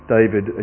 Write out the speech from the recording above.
David